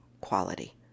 quality